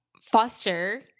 Foster